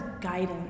guidance